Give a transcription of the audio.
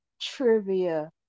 trivia